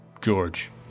George